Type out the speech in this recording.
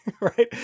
right